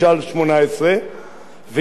והיא מדברת על לקיחת פרטים,